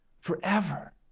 forever